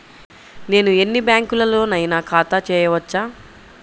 నేను ఎన్ని బ్యాంకులలోనైనా ఖాతా చేయవచ్చా?